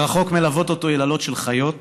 מרחוק מלוות אותו יללות של חיות,